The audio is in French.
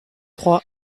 trois